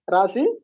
Rasi